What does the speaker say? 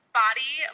body